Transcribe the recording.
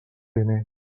primer